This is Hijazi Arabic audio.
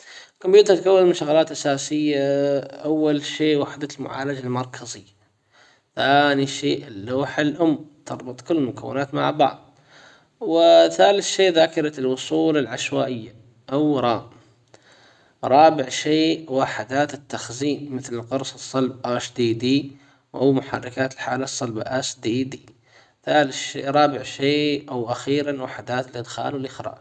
كمبيوتر تتكون من شغلات اساسية اول شي وحدة المعالجة المركزي ثاني شي اللوحة الام تربط كل المكونات مع بعض وثالث شي ذاكرة الوصول العشوائية اورام رابع شيء وحدات التخزين مثل القرص الصلب حديدي او محركات الحالة صلبة اس دي دي. ثالث شيء رابع شيء او اخيرا وحدات لادخال والاخراج.